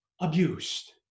abused